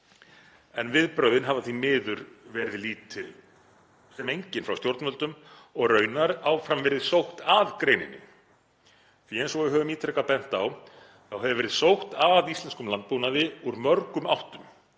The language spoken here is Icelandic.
En viðbrögðin hafa því miður verið lítil sem engin frá stjórnvöldum og raunar áfram verið sótt að greininni því eins og við höfum ítrekað bent á þá hefur verið sótt að íslenskum landbúnaði úr mörgum áttum